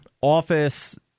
office